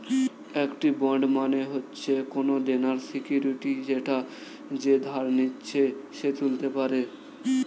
একটি বন্ড মানে হচ্ছে কোনো দেনার সিকিউরিটি যেটা যে ধার নিচ্ছে সে তুলতে পারে